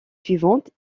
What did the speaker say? suivantes